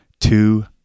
two